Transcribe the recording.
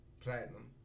platinum